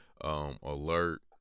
alert